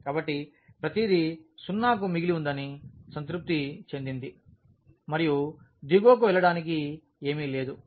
కాబట్టి ప్రతిదీ 0 కి మిగిలి ఉందని సంతృప్తి చెందింది మరియు దిగువకు వెళ్ళడానికి ఏమీ లేదు